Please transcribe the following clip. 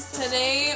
today